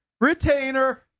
Retainer